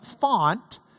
font